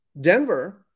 Denver –